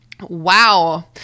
wow